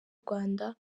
rwanda